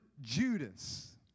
Judas